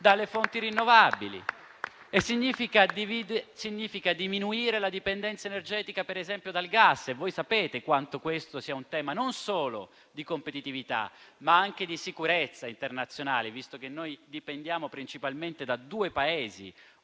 dalle fonti rinnovabili. Ciò significa diminuire la dipendenza energetica per esempio dal gas. E voi sapete quanto questo sia un tema non solo di competitività, ma anche di sicurezza internazionale, visto che noi dipendiamo principalmente da due Paesi: